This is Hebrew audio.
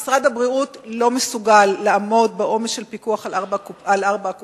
משרד הבריאות לא מסוגל לעמוד בעומס של פיקוח על ארבע הקופות,